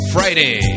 Friday